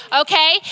Okay